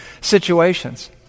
situations